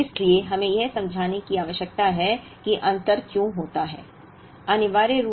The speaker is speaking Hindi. इसलिए हमें यह समझाने की आवश्यकता है कि अंतर क्यों होता है